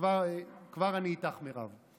כבר אני איתך, מירב.